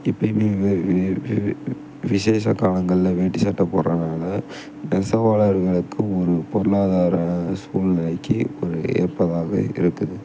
இப்பையுமே வி வி வி வி விஷேச காலங்களில் வேட்டி சட்டை போடுறதுனால நெசவாளர்களுக்கு ஒரு பொருளாதார சூழ்நிலக்கி ஒரு ஏற்பதாகவே இருக்குது